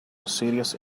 serious